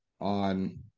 on